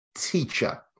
teacher